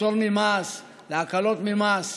לפטור ממס, להקלות במס.